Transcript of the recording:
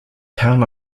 town